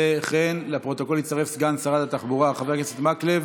וכן לפרוטוקול יצטרף סגן שרת התחבורה חבר הכנסת מקלב